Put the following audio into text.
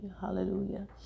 hallelujah